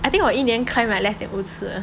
I think 我一年 climb like less than 五次